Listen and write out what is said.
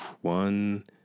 one